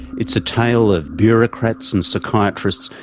it's a tale of bureaucrats and psychiatrists,